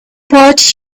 boat